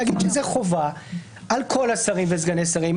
להגיד שחובה על כל השרים וסגני השרים,